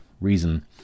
reason